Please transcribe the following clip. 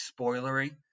spoilery